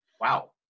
Wow